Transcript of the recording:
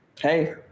Hey